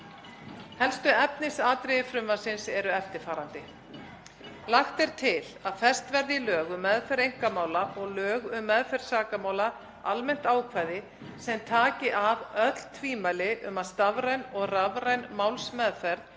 Helstu efnisatriði frumvarpsins eru eftirfarandi: Lagt er til að fest verði í lög um meðferð einkamála og lög um meðferð sakamála almennt ákvæði sem taki af öll tvímæli um að stafræn og rafræn málsmeðferð